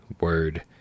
Word